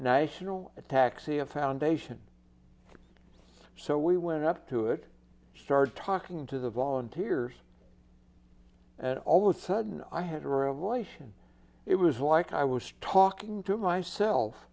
know a taxi a foundation so we went up to it started talking to the volunteers and all the sudden i had a revelation it was like i was talking to myself